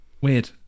weird